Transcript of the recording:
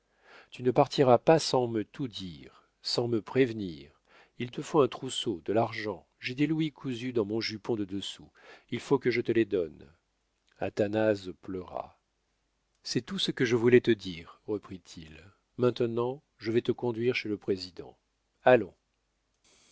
tu ne partiras pas sans me tout dire sans me prévenir il te faut un trousseau de l'argent j'ai des louis cousus dans mon jupon de dessous il faut que je te les donne athanase pleura c'est tout ce que je voulais te dire reprit-il maintenant je vais te conduire chez le président allons